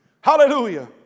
Hallelujah